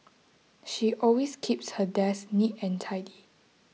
she always keeps her desk neat and tidy